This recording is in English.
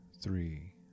three